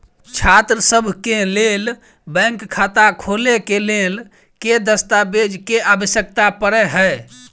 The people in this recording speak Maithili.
छात्रसभ केँ लेल बैंक खाता खोले केँ लेल केँ दस्तावेज केँ आवश्यकता पड़े हय?